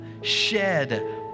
shed